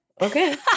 okay